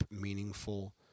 meaningful